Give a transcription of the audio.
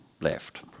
left